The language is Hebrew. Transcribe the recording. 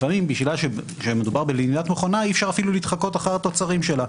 לפעמים כיוון שמדובר במכונה אי אפשר להתחקות אפילו אחר התוצרים שלה.